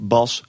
Bas